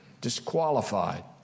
Disqualified